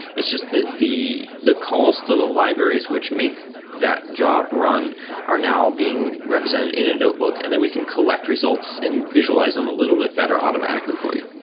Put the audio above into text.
it's just the the calls to the libraries, which makes that job run are now being represented in a notebook, and then we can collect results and visualize them a little bit better automatically for you.